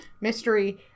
mystery